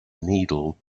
needle